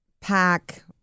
pack